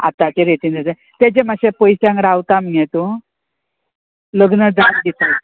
आतांचे रेटीन आसा तेजे मातशे पयश्यांक रावता मगे तूं लग्न जावन दिता